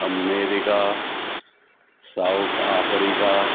America South Africa